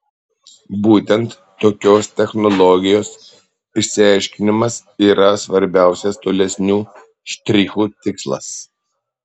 būtent tokios technologijos išsiaiškinimas yra svarbiausias tolesnių štrichų tikslas